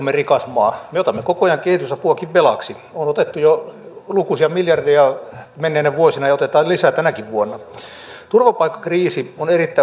tuollaisella isolla teollisuushankkeella on hyvin laajat vaikutukset ja tiestön osuus rautateiden maanteiden osuus jotta puu saadaan liikkeelle nousee erittäin suureen rooliin